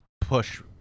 push